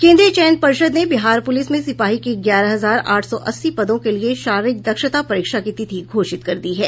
केंद्रीय चयन पर्षद ने बिहार पुलिस में सिपाही के ग्यारह हजार आठ सौ अस्सी पदों के लिये शारीरिक दक्षता परीक्षा की तिथि घोषित कर दी है